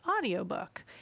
audiobook